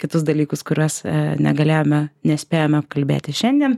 kitus dalykus kuriuos negalėjome nespėjome apkalbėti šiandien